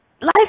Life